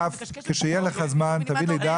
כשיהיה לך זמן, תביא לי דף.